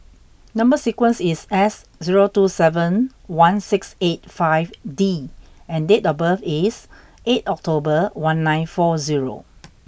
number sequence is S zero two seven one six eight five D and date of birth is eighth October one nine four zero